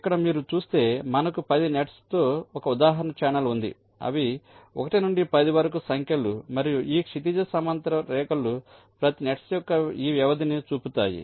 ఇక్కడ మీరు చూస్తే మనకు 10 నెట్స్తో ఒక ఉదాహరణ ఛానెల్ ఉంది అవి 1 నుండి 10 వరకు సంఖ్యలు మరియు ఈ క్షితిజ సమాంతర రేఖలు ప్రతి నెట్స్ యొక్క ఈ వ్యవధిని చూపుతాయి